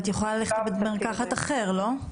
את יכולה ללכת לבית מרקחת אחר, לא?